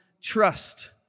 trust